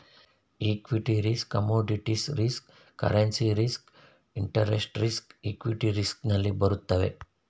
equity risk commodities risk currency risk interest risk equity risk ನಲ್ಲಿ ಬರುತ್ತವೆ